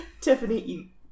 Tiffany